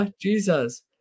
Jesus